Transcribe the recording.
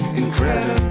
incredible